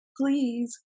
please